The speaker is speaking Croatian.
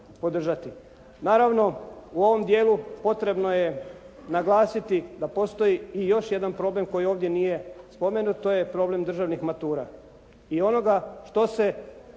Naravno u ovom djelu potrebno je naglasiti da postoji i još jedan problem koji ovdje nije spomenut, to je problem državnih matura